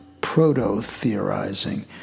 proto-theorizing